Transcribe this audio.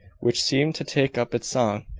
which seemed to take up its song,